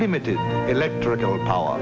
limited electrical power